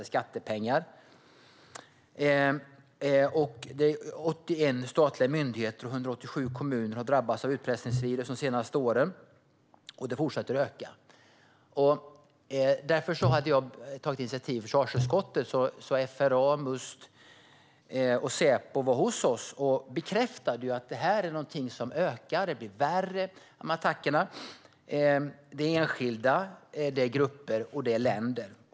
De senaste åren har 81 statliga myndigheter och 187 kommuner drabbats av utpressningsvirus, och det fortsätter att öka. Därför tog jag initiativ i försvarsutskottet - FRA, Must och Säpo var hos oss och bekräftade att det här är någonting som ökar och att attackerna blir värre. Det är enskilda, grupper och länder.